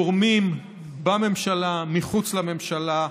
גורמים בממשלה ומחוץ לממשלה,